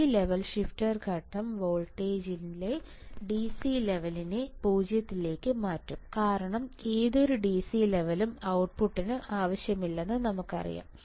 ഈ level shifter ഘട്ടം വോൾട്ടേജിലെ DC ലെവലിനെ 0 ലേക്ക് മാറ്റും കാരണം ഏതൊരു DC ലെവലിലും ഔട്ട്പുട്ട് ആവശ്യമില്ലെന്ന് നമുക്കറിയാം